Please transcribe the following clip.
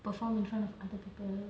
perform in front of other people